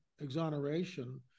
Exoneration